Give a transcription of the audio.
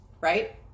right